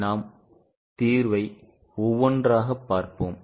நாம் தீர்வை ஒவ்வொன்றாகப் பார்ப்போம்